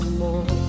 more